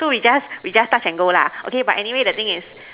so we just we just touch and go lah okay but anyway the thing is